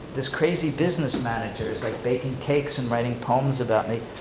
this crazy business manager's like baking cakes and writing poems about me.